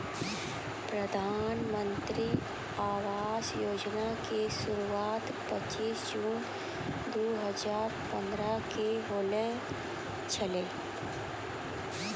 प्रधानमन्त्री आवास योजना के शुरुआत पचीश जून दु हजार पंद्रह के होलो छलै